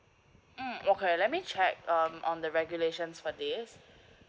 uh okay let me check um on the regulations for this